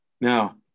Now